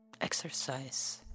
Exercise